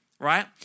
right